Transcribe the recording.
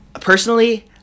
personally